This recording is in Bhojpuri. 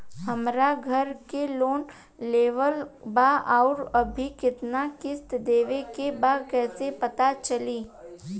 हमरा घर के लोन लेवल बा आउर अभी केतना किश्त देवे के बा कैसे पता चली?